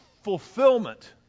fulfillment